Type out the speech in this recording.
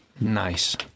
Nice